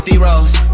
D-Rose